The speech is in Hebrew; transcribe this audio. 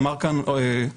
אמר כאן חבר